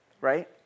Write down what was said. right